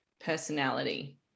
personality